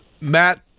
Matt